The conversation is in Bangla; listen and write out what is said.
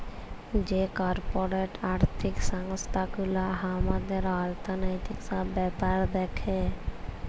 যে কর্পরেট আর্থিক সংস্থান গুলা হামাদের অর্থনৈতিক সব ব্যাপার দ্যাখে